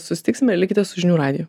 susitiksime likite su žinių radiju